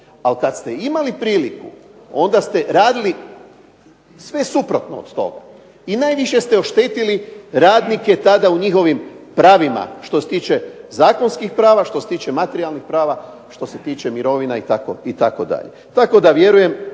A kada ste imali priliku onda ste radili sve suprotno od toga. I najviše ste oštetili radnike tada u njihovim pravima što se tiče zakonskih prava, što se tiče materijalnih prava što se tiče mirovina itd. Tako da vjerujem